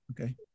Okay